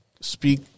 speak